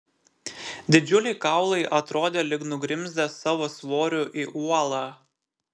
didžiuliai kaulai atrodė lyg nugrimzdę savo svoriu į uolą